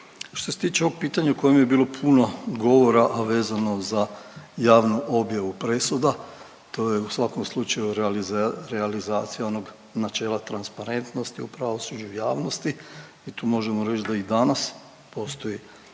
Što se tiče ovog pitanja u kojem je bilo puno govora, a vezano za javnu objavu presuda, to je u svakom slučaju realizacija onog načela transparentnosti u pravosuđu i javnosti i tu možemo reć da i danas postoji